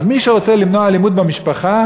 אז מי שרוצה למנוע אלימות במשפחה,